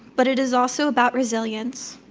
but it is also about resilience.